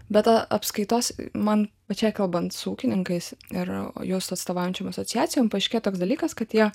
be to apskaitos man pačiai kalbant su ūkininkais ir juos atstovaujančiom asociacijom paaiškėjo toks dalykas kad jie